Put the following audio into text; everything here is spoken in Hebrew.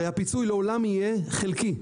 הרי הפיצוי לעולם יהיה חלקי.